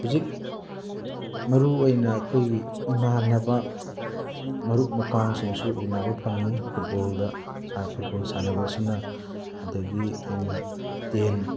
ꯍꯧꯖꯤꯛ ꯃꯔꯨ ꯑꯣꯏꯅ ꯑꯩꯈꯣꯏꯒꯤ ꯏꯃꯥꯅꯕ ꯃꯔꯨꯞ ꯃꯄꯥꯡꯁꯤꯡꯁꯨ ꯎꯅꯕ ꯐꯪꯏ ꯐꯨꯠꯕꯣꯜꯗ ꯐꯨꯠꯕꯣꯜ ꯁꯥꯟꯅꯕ ꯑꯁꯤꯅ ꯑꯗꯒꯤ ꯑꯩꯅ ꯇꯦꯟ